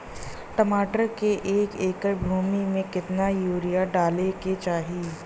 टमाटर के एक एकड़ भूमि मे कितना यूरिया डाले के चाही?